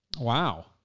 Wow